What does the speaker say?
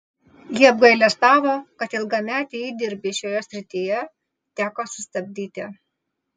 ji apgailestavo kad ilgametį įdirbį šioje srityje teko sustabdyti